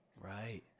Right